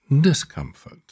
discomfort